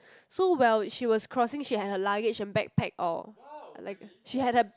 so while she was crossing she had her luggage her backpack or like she had her